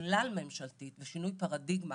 כלל ממשלתית ושינוי פרדיגמה